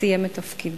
סיים את תפקידו.